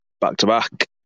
back-to-back